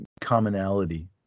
commonality